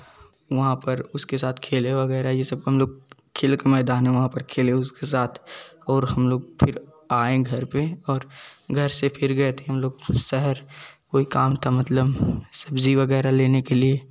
वहाँ पर उसके साथ खेले वगैरह यह सब हम लोग खेल का मैदान है वहाँ पर खेल उसके साथ और फिर हम लोग आए घर पर और और घर से फिर गए थे हम लोग शहर कोई काम का मतलब सब्ज़ी वगैरह लेने के लिए